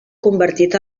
convertit